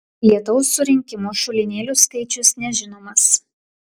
lietaus surinkimo šulinėlių skaičius nežinomas